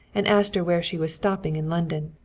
and asked her where she was stopping in london.